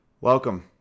welcome